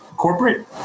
corporate